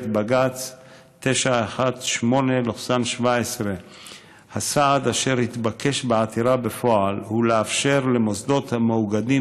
בג"ץ 918/17. הסעד אשר התבקש בעתירה בפועל הוא לאפשר למוסדות המאוגדים